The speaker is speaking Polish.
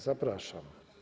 Zapraszam.